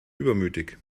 übermütig